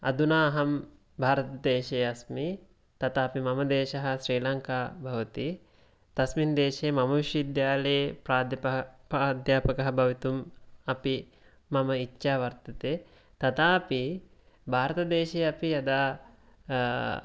अधुना अहं भारतदेशे अस्मि तथा अपि मम देशः श्रीलङ्का भवति तस्मिन् देशे मम विश्वविद्यालये प्राध्यापकः भवितुम् अपि मम इच्छा वर्तते तता अपि भारतदेशे अपि यदा